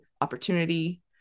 opportunity